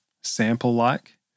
sample-like